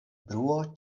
bruo